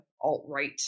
alt-right